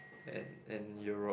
and and Europe